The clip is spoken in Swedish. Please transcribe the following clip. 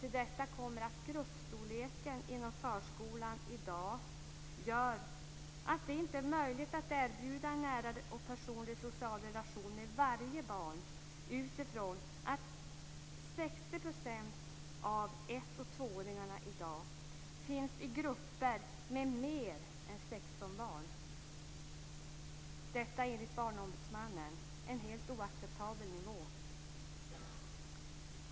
Till detta kommer att gruppstorleken inom förskolan i dag gör att det inte är möjligt att erbjuda en nära och personlig social relation med varje barn utifrån att 60 % av ett och tvååringarna i dag finns i grupper med mer än 16 barn. Detta är enligt Barnombudsmannen en helt oacceptabel nivå.